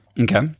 Okay